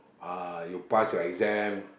uh you pass your exam